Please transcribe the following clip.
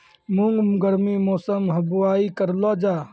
मूंग गर्मी मौसम बुवाई करलो जा?